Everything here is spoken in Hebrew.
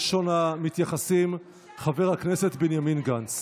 ראשון המתייחסים, חבר הכנסת בנימין גנץ.